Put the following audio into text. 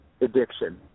addiction